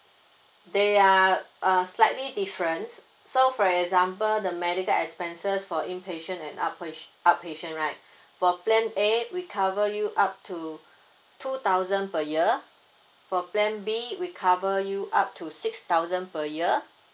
they are uh slightly different so for example the medical expenses for in patient and out pa~ out patient right for plan A we cover you up to two thousand per year for plan B we cover you up to six thousand per year